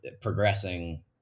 progressing